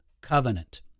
Covenant